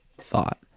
thought